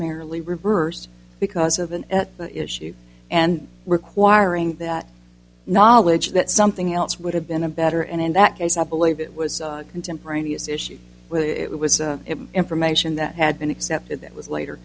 merrily reversed because of an issue and requiring that knowledge that something else would have been a better and in that case i believe it was contemporaneous issue but it was information that had been accepted that was later